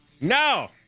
No